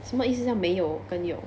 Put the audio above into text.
什么意思叫没有跟有